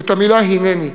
את המילה "הנני".